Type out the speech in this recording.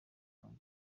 fanta